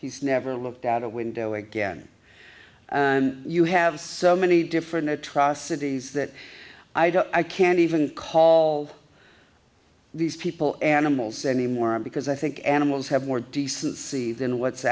he's never looked out a window again you have so many different atrocities that i don't i can't even call these people animals anymore because i think animals have more decency than what's